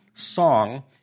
song